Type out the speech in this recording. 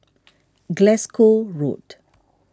Glasgow Road